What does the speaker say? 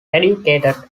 educated